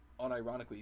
unironically